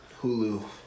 Hulu